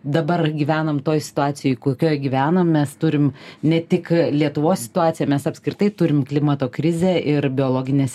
dabar gyvenam toj situacijoj kokioj gyvenam mes turim ne tik lietuvos situaciją mes apskritai turim klimato krizę ir biologinės